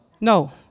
no